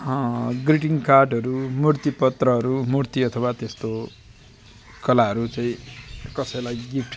greeting कार्डहरू मूर्ति पत्रहरू मूर्ति अथवा त्यस्तो कलाहरू चाहिँ कसैलाई गिफ्ट